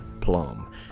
plum